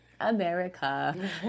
America